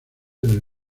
del